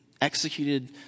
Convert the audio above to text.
Executed